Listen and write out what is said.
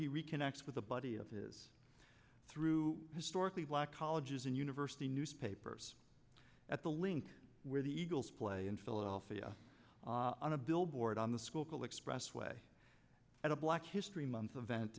he reconnects with a buddy of his through historically black colleges and university newspapers at the link where the eagles play in philadelphia on a billboard on the school collect expressway at a black history month a vent